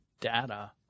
data